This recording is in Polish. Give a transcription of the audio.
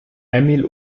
emil